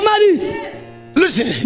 listen